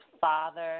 father